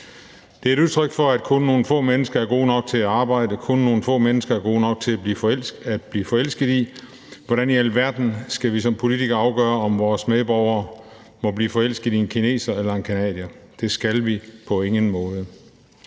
Det er et udtryk for, at kun nogle få mennesker er gode nok til at arbejde, kun nogle få mennesker er gode nok til at blive forelsket i, og hvordan i alverden skal vi som politikere afgøre, om vores medborgere må blive forelsket i en kineser eller en canadier? Det skal vi på ingen måde.